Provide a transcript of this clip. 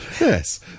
Yes